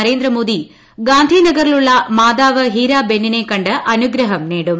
നരേന്ദ്രമോദി ഗാന്ധിനഗറിലുള്ള മാതാവ് ഹിരാബെന്നിനെ കണ്ട് അനുഗ്രഹം നേടും